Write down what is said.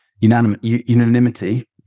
unanimity